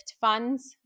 funds